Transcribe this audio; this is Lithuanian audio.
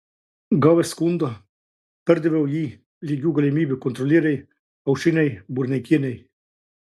gavęs skundą perdaviau jį lygių galimybių kontrolierei aušrinei burneikienei